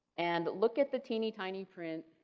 and look at the teeny tiny print,